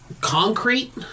Concrete